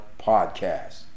podcast